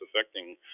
affecting